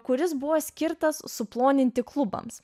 kuris buvo skirtas suploninti klubams